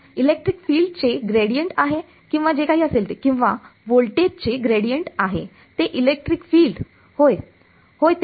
electric फिल्डचे gradient आहे किंवा जे काही असेल ते किंवा व्होल्टेजचे ग्रेडियंट आहे ते इलेक्ट्रिक फिल्ड होय होय तेच